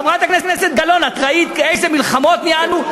חברת הכנסת גלאון, את ראית איזה מלחמות ניהלנו?